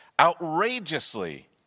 outrageously